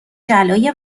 جلای